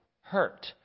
hurt